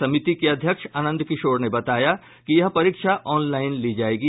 समिति के अध्यक्ष आनंद किशोर ने बताया कि यह परीक्षा ऑनलाईन ली जायेगी